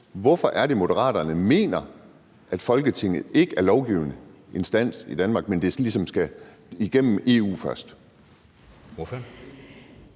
Hvorfor er det, at Moderaterne mener, at Folketinget ikke er en lovgivende instans i Danmark, men at det ligesom skal igennem EU først?